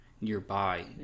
nearby